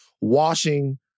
washing